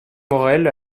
morel